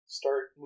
start